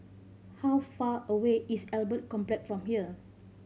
how far away is Albert Complex from here